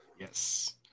Yes